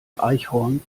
eichhorn